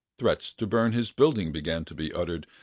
threats to burn his building began to be uttered.